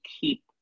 keep